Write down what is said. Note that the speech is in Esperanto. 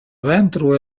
ventro